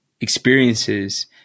experiences